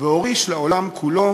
והוריש לעולם כולו